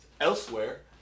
elsewhere